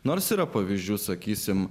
nors yra pavyzdžių sakysime